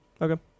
Okay